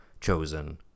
Chosen